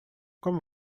como